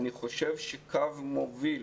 קו מוביל